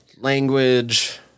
language